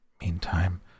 meantime